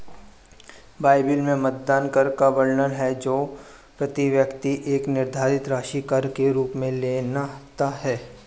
Bible में मतदान कर का वर्णन है जो प्रति व्यक्ति एक निर्धारित राशि कर के रूप में लेता है